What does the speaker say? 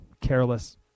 careless